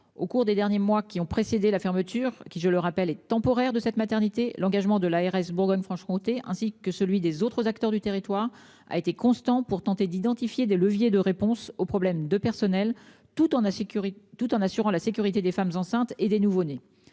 au cours des derniers mois qui ont précédé la fermeture qui je le rappelle est temporaire de cette maternité. L'engagement de l'ARS, Bourgogne, Franche-Comté, ainsi que celui des autres acteurs du territoire a été constant pour tenter d'identifier des leviers de réponse aux problème de personnel tout en insécurité tout en assurant la sécurité des femmes enceintes et des nouveau-nés